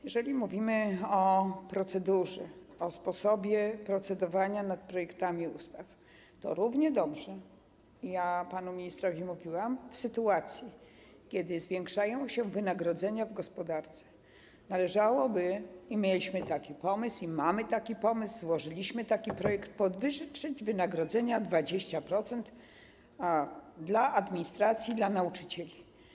Jeżeli mówimy o procedurze, o sposobie procedowania nad projektami ustaw, to równie dobrze - ja panu ministrowi mówiłam - w sytuacji, kiedy zwiększają się wynagrodzenia w gospodarce, należałoby - i mieliśmy taki pomysł, i mamy taki pomysł, złożyliśmy taki projekt - podwyższyć wynagrodzenia o 20% dla administracji, dla nauczycieli.